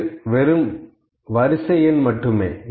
இது வெறும் வரிசை எண் மட்டுமே